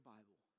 Bible